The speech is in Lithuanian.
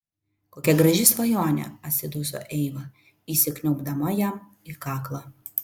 kokia graži svajonė atsiduso eiva įsikniaubdama jam į kaklą